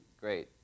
great